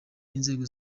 inzego